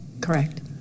Correct